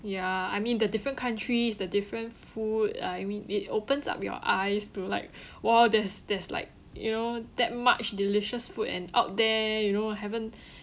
ya I mean the different countries the different food uh I mean it opens up your eyes to like !wah! there's there's like you know that much delicious food and out there you know haven't